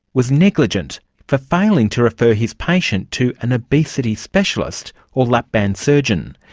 was negligent for failing to refer his patient to an obesity specialist or lap-band surgeon.